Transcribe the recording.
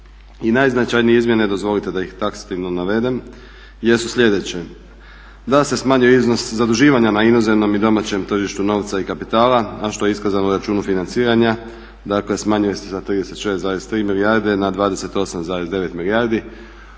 I najznačajnije izmjene dozvolite da ih taksativno navedem jesu sljedeće: da se smanjio iznos zaduživanja na inozemnom i domaćem tržištu novca i kapitala, a što je iskazano u računu financiranja, dakle smanjuje se za 36,3 milijarde na 28,9 milijardi.